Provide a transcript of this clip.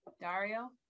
Dario